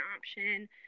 option